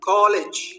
College